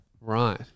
Right